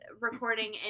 recording